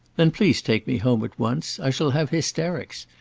then please take me home at once. i shall have hysterics.